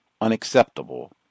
unacceptable